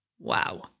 Wow